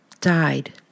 died